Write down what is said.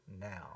now